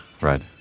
Right